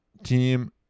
team